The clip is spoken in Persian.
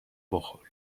بخور